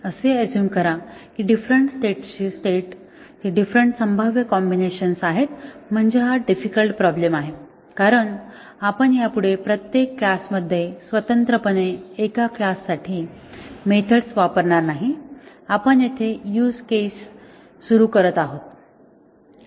असे एज्युम करा की डिफरंट स्टेटसाठी स्टेटची डिफरंट संभाव्य कॉम्बिनेशन आहेत म्हणजे हा डिफिकल्ट प्रॉब्लेम आहे कारण आपण यापुढे प्रत्येक क्लास मध्ये स्वतंत्रपणे एका क्लास साठी मेथड्स वापरणार नाही आपण येथे युझ केस सुरू करत आहोत